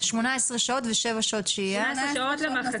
שמונה עשרה שעות ושבע שעות שהייה ומה זה מחצית?